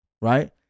right